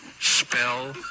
Spell